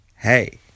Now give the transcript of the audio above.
Hey